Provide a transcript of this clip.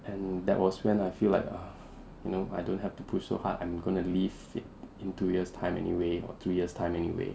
and that was when I feel like err you know I don't have to push so hard I'm gonna leave in two years time anyway or two years time anyway